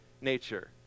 nature